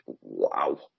wow